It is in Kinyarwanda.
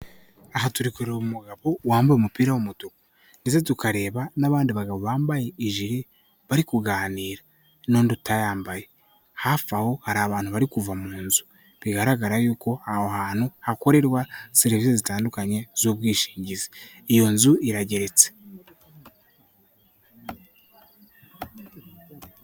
Aha turi kureba umugabo wambaye umupira w'umutuku ndetse tukareba n'abandi bagabo bambaye ijiri bari kuganira n'undi utayambaye hafi aho hari abantu bari kuva mu nzu bigaragara yuko aho hantu hakorerwa serivisi zitandukanye z'ubwishingizi iyo nzu irageretse.